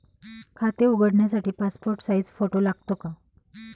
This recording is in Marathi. खाते उघडण्यासाठी पासपोर्ट साइज फोटो लागतो का?